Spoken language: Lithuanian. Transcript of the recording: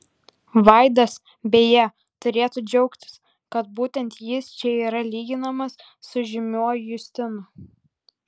vaidas beje turėtų džiaugtis kad būtent jis čia yra lyginamas su žymiuoju justinu